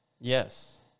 yes